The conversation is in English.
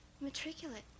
matriculate